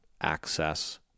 access